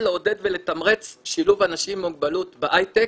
לעודד ולתמרץ שילוב של אנשים עם מוגבלות בהייטק.